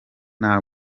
nta